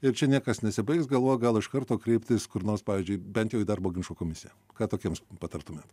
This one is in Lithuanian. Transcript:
ir čia niekas nesibaigs galvoja gal iš karto kreiptis kur nors pavyzdžiui bent jau į darbo ginčų komisiją ką tokiems patartumėt